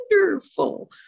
wonderful